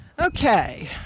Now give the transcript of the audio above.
Okay